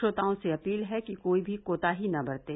श्रोताओं से अपील है कि कोई भी कोताही न बरतें